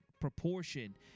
proportion